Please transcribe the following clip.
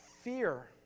fear